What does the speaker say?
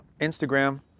Instagram